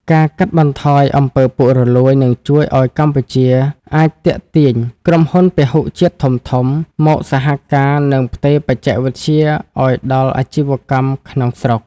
ការកាត់បន្ថយ អំពើពុករលួយ នឹងជួយឱ្យកម្ពុជាអាចទាក់ទាញក្រុមហ៊ុនពហុជាតិធំៗ មកសហការ និងផ្ទេរបច្ចេកវិទ្យាឱ្យដល់អាជីវកម្មក្នុងស្រុក។